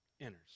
enters